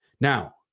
Now